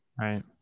Right